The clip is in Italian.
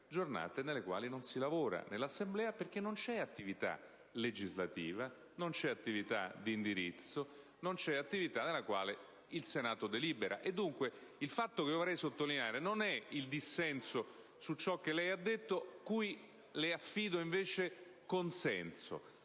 giornate nelle quali non si lavora nell'Assemblea, perché non c'è attività legislativa, non c'è attività di indirizzo, non c'è attività nella quale il Senato deliberi. Dunque, il fatto che vorrei sottolineare non è il dissenso su ciò che lei ha detto, cui affido invece consenso: